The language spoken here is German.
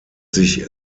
sich